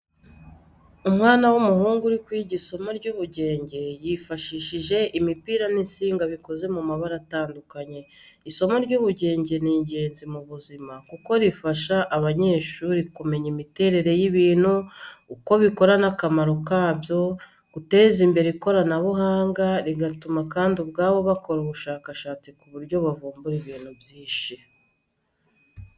Umwana w'umuhungu uri kwiga isomo ry'ubugenge yifashishije imipira n'insinga bikoze mu mabara atandukanye. Isomo ry'ubugenge ni ingenzi mu buzima kuko rifasha abanyeshuri kumenya imiterere y’ibintu, uko bikora n'akamaro kabyo, guteza imbere ikoranabuhanga, rigatuma kandi ubwabo bakora ubushakashatsi ku buryo bavumbura ibintu byinshi.